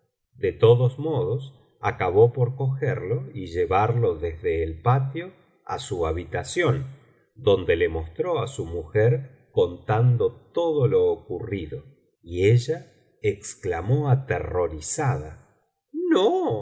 de todos modos acabó por cogerlo y llevarlo desde el patio á su habitación donde lo mostró á su mujer contando todo lo ocurrido y ella exclamó aterrorizada no